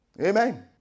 Amen